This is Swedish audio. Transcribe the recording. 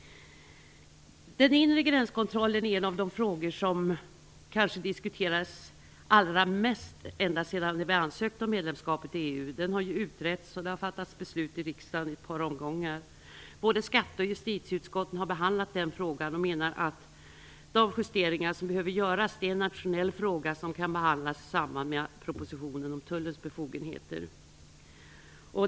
Den inre gränskontrollen är en av de frågor som har diskuterats kanske allra mest ända sedan vi ansökte om medlemskapet i EU. Den har utretts, och det har i ett par omgångar fattats beslut om detta i riksdagen. Både skatteutskottet och justitieutskottet har behandlat den frågan, och de menar att de justeringar som behöver göras är en nationell fråga som kan behandlas i samband med propositionen om Tullens befogenheter.